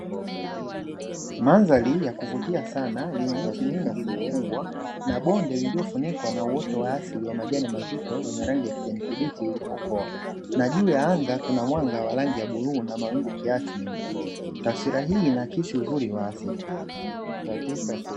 Madhari ya kuvutia sana yenye miti mingi mikubwa na bonde liliofunikwa na uoto wa asili wenye majani mazito yenye kijani kibichi ,na juu ya anga Kuna mwanga wa rangi ya bluu na mawingu kiasi meupe , taswira hii inahakisi uzuri wa asili .